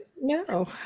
No